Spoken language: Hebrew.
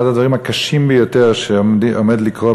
אחד הדברים הקשים ביותר שעומד לקרות